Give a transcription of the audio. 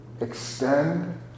extend